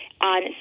On